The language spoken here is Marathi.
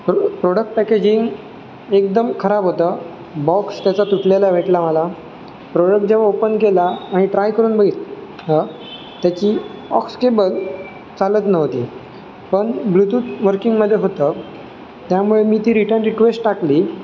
प्रो प्रॉडक्ट पॅकेजिंग एकदम खराब होतं बॉक्स त्याचा तुटलेला भेटला मला प्रोडक्ट जेव्हा ओपन केला आणि ट्राय करून बघितलं त्याची ऑक्स केबल चालत नव्हती पण ब्लूटूथ वर्किंगमध्ये होतं त्यामुळे मी ती रिटर्न रिक्वेस्ट टाकली